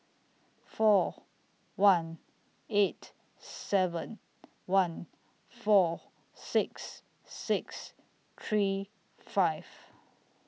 four one eight seven one four six six three five